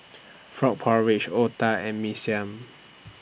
Frog Porridge Otah and Mee Siam